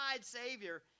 Savior